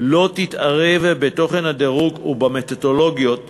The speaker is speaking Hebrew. לא תתערב בתוכן הדירוג ובמתודולוגיות שלו,